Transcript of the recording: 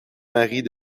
marie